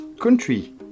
country